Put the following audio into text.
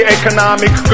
economic